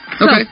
Okay